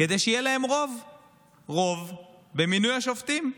כדי שיהיה להם רוב במינוי השופטים.